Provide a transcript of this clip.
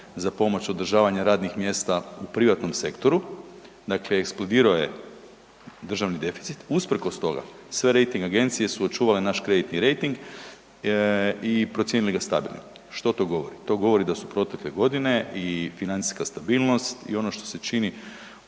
za pomoć održavanja radnih mjesta u privatnom sektoru, dakle eksplodirao je državni deficit, usprkos toga sve rejting agencije su očuvale naš kreditni rejting i procijenili ga stabilnim. Što to govori? To govori da su protekle godine i financijska stabilnost i ono što se čini